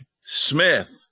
Smith